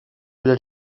peu